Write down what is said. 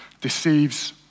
deceives